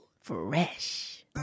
Fresh